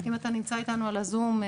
אם אתה נמצא איתנו על הזום,